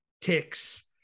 Ticks